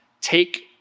take